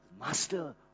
Master